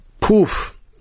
poof